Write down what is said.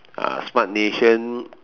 ah smart nation